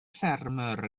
ffermwr